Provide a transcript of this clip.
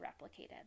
replicated